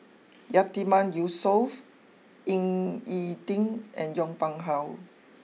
Yatiman Yusof Ying E Ding and Yong Pung how